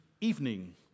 evening